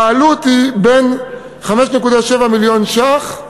העלות היא בין 5.7 מיליון שקלים